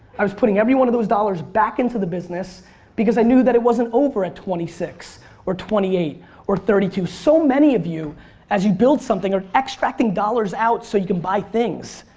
i was putting everyone of those dollars back into the business because i knew that it wasn't over at twenty six or twenty eight or thirty two. so many of you as you build something are extracting dollars out so you can buy things.